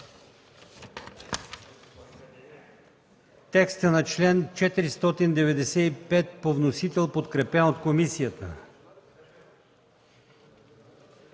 текста на Приложение № 4 по вносител, подкрепен от комисията.